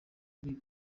ari